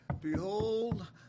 Behold